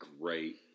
great